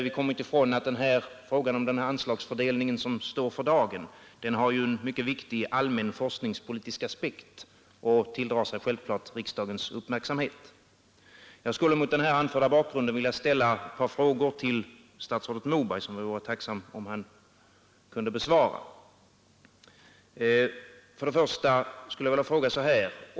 Vi kommer dock inte ifrån att den anslagsfördelning som står på dagordningen har en mycket viktig allmän forskningspolitisk aspekt och självklart tilldrar sig riksdagens uppmärksamhet. Jag skulle mot den här anförda bakgrunden vilja ställa ett par frågor till statsrådet Moberg, och jag vore tacksam om han kunde besvara dem. 1.